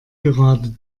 gerade